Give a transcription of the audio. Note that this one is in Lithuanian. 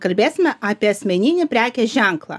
kalbėsime apie asmeninį prekės ženklą